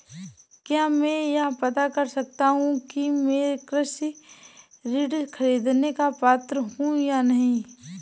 क्या मैं यह पता कर सकता हूँ कि मैं कृषि ऋण ख़रीदने का पात्र हूँ या नहीं?